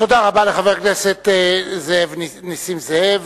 תודה רבה לחבר הכנסת נסים זאב.